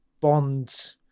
Bond